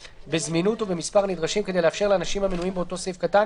בזמינות ובמספר הנדרשים כדי לאפשר לאנשים המנויים באותו סעיף קטן